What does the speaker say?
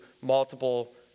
multiple –